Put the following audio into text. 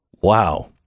Wow